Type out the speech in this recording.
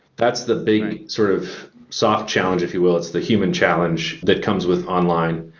that's the big sort of soft challenge, if you will. it's the human challenge that comes with online.